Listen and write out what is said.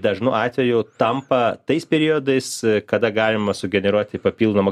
dažnu atveju tampa tais periodais kada galima sugeneruoti papildomą